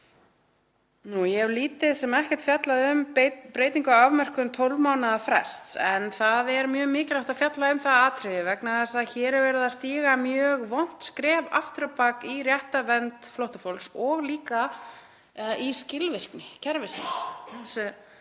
Ég hef lítið sem ekkert fjallað um breytingu á afmörkun 12 mánaða frests. Það er mjög mikilvægt að fjalla um það atriði vegna þess að hér er verið að stíga mjög vont skref aftur á bak í réttarvernd flóttafólks og líka í skilvirkni kerfisins,